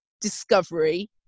discovery